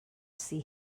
see